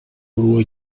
grua